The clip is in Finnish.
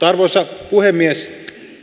arvoisa puhemies